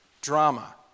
drama